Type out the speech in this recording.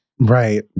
Right